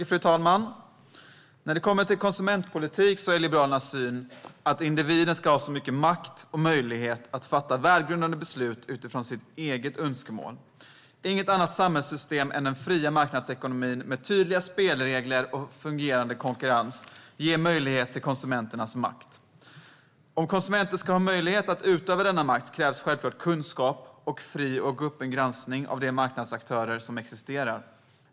Fru talman! När det gäller konsumentpolitik är Liberalernas syn att individen ska ha makt och möjlighet att fatta välgrundade beslut utifrån sina egna önskemål. Inget annat samhällssystem än den fria marknadsekonomin med tydliga spelregler och fungerande konkurrens ger konsumenterna möjlighet till makt. Om konsumenten ska ha möjlighet att utöva denna makt krävs självklart kunskap och en fri och öppen granskning av de aktörer som finns på marknaden.